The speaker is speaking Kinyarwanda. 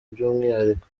by’umwihariko